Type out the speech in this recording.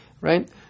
right